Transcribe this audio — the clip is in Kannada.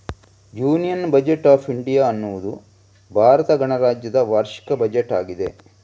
ಯೂನಿಯನ್ ಬಜೆಟ್ ಆಫ್ ಇಂಡಿಯಾ ಅನ್ನುದು ಭಾರತ ಗಣರಾಜ್ಯದ ವಾರ್ಷಿಕ ಬಜೆಟ್ ಆಗಿದೆ